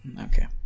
okay